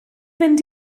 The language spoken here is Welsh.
fynd